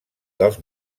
dels